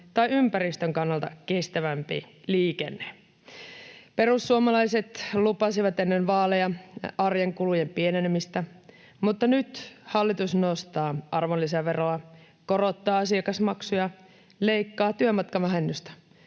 tai ympäristön kannalta kestävämpi liikenne. Perussuomalaiset lupasivat ennen vaaleja arjen kulujen pienenemistä, mutta nyt hallitus nostaa arvonlisäveroa, korottaa asiakasmaksuja, leikkaa työmatkavähennystä